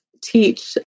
teach